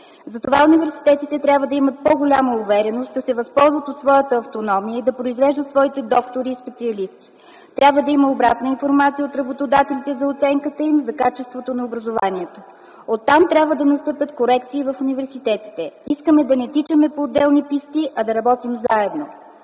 Затова университетите трябва да имат по-голяма увереност да се възползват от своята автономия и да произвеждат своите доктори и специалисти, трябва да има обратна информация от работодателите за оценката им за качеството на образованието. Оттам трябва да настъпят корекции в университетите. Искаме да не тичаме по отделни писти, а да работим заедно.